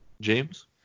James